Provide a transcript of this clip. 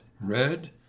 Red